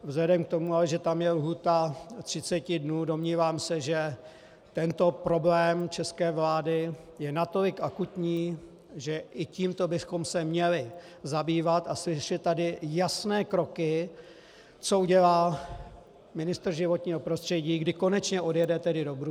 Vzhledem k tomu ale, že tam je lhůta 30 dnů, domnívám se, že tento problém české vlády je natolik akutní, že i tímto bychom se měli zabývat a slyšet tady jasné kroky, co udělá ministr životního prostředí, kdy konečně odjede do Bruselu.